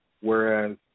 whereas